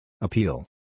Appeal